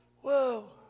Whoa